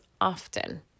often